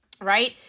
Right